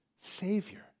Savior